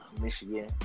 Michigan